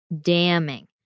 Damning